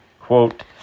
Quote